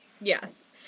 Yes